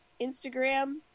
Instagram